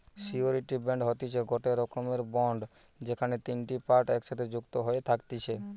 surety bond হতিছে গটে রকমের বন্ড যেখানে তিনটে পার্টি একসাথে যুক্ত হয়ে থাকতিছে